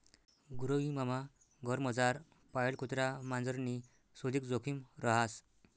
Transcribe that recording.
गृहविमामा घरमझार पाळेल कुत्रा मांजरनी सुदीक जोखिम रहास